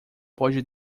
pode